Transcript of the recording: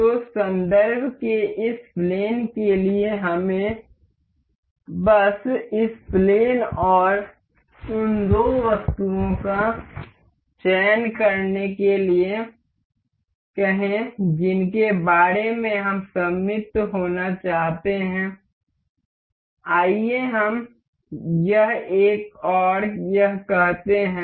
तो संदर्भ के इस प्लेन के लिए हमें बस इस प्लेन और उन दो वस्तुओं का चयन करने के लिए कहें जिनके बारे में हम सममित होना चाहते हैं आइए हम यह एक और यह कहते हैं